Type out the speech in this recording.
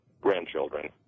grandchildren